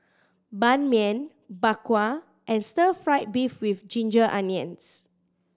Ban Mian Bak Kwa and Stir Fry beef with ginger onions